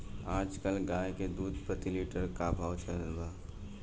आज कल गाय के दूध प्रति लीटर का भाव चलत बा?